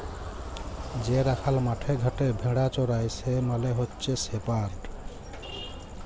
যে রাখাল মাঠে ঘাটে ভেড়া চরাই সে মালে হচ্যে শেপার্ড